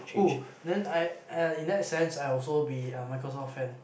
oh then I !aiya! in that sense I also be a Microsoft fan